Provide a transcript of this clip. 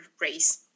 race